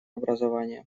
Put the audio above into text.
образования